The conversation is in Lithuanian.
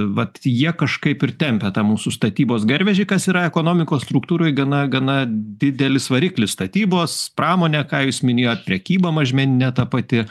vat jie kažkaip ir tempia tą mūsų statybos garvežį kas yra ekonomikos struktūroj gana gana didelis variklis statybos pramonė ką jūs minėjot prekyba mažmeninė ta pati